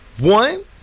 One